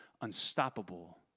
unstoppable